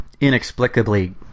inexplicably